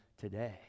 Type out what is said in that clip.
today